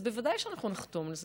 אז בוודאי שאנחנו נחתום על זה,